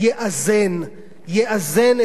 יאזן את המצב בשוק הספרים,